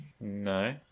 no